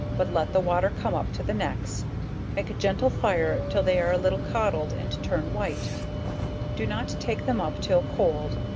but let the water come up to the necks make a gentle fire till they are a little codled and turn white do not take them up till cold,